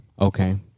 Okay